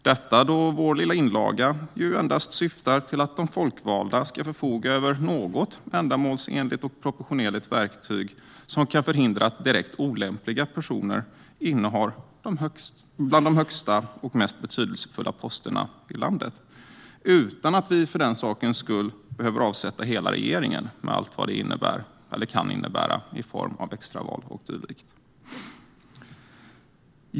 Detta då vår lilla inlaga endast syftar till att de folkvalda ska förfoga över något ändamålsenligt och proportionerligt verktyg som kan förhindra att direkt olämpliga personer innehar bland de högsta och mest betydelsefulla posterna i landet, utan att vi för den sakens skull behöver avsätta hela regeringen med allt vad det kan innebära i form av extraval och dylikt.